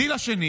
הדיל השני